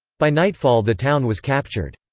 by nightfall the town was captured.